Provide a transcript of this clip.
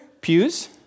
pews